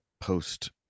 post